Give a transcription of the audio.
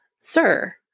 Sir